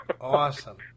Awesome